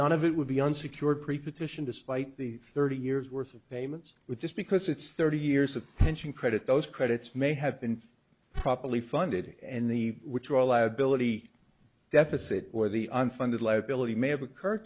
none of it would be unsecured pre position despite the thirty years worth of payments which just because it's thirty years of pension credit those credits may have been properly funded and the which your liability deficit or the unfunded liability may have occurred